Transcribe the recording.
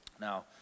Now